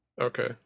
Okay